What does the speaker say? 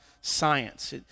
science